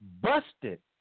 busted